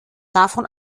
davon